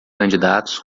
candidatos